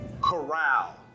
corral